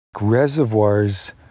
reservoirs